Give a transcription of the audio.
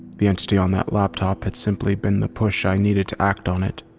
the entity on that laptop had simply been the push i needed to act on it.